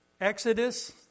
Exodus